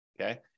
okay